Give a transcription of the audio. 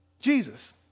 Jesus